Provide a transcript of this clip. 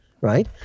Right